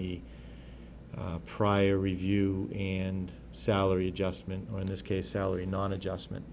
the prior review and salary adjustment in this case salary not adjustment